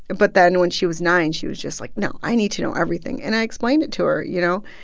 but then when she was nine, she was just like, no, i need to know everything. and i explained it to her, you know?